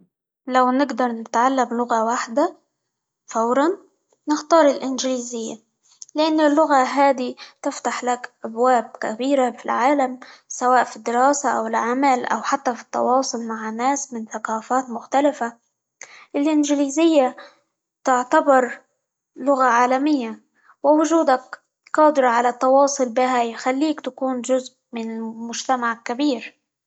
لو نقدر نتعلم لغة واحدة فورًا نختار الإنجليزية؛ لأن اللغة هذه تفتح لك أبواب كبيرة في العالم، سواء في الدراسة، أو العمل، أو حتى في التواصل مع ناس من ثقافات مختلفة، الإنجليزية تعتبر لغة عالمى، ووجودك قادر على التواصل بها، يخليك تكون جزء من -ال- مجتمع كبير.